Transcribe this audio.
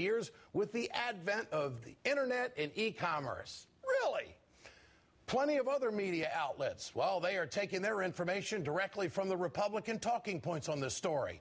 years with the advent of the internet and e commerce really plenty of other media outlets while they are taking their information directly from the republican talking points on the story